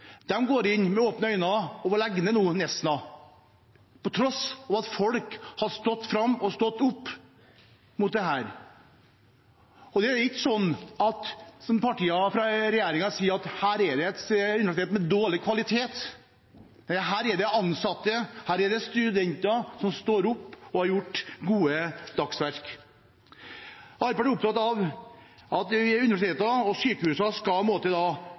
går inn med åpne øyne og legger nå ned Nesna, på tross av at folk har stått opp mot dette. Og det er ikke sånn som partiene fra regjeringen sier, at dette er et universitet med dårlig kvalitet. Her er det ansatte og studenter som står opp, og som har gjort gode dagsverk. Arbeiderpartiet er opptatt av at det skal legges til rette for universiteter og